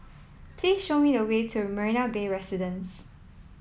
please show me the way to Marina Bay Residences